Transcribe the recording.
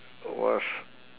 was